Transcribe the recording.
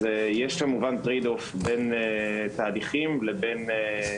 יש טרייד אוף בין תהליכים לבין